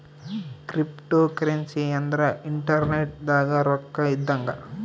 cryptocurrency ಅಂದ್ರ internet ದಾಗ ರೊಕ್ಕ ಇದ್ದಂಗ